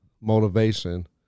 motivation